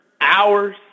hours